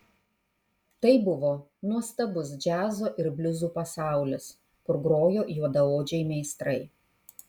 tai buvo nuostabus džiazo ir bliuzų pasaulis kur grojo juodaodžiai meistrai